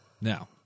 Now